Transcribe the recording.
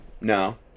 no